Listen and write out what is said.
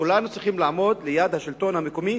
כולנו צריכים לעמוד לצד השלטון המקומי,